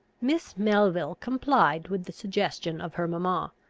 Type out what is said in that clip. miss melville complied with the suggestion of her mamma.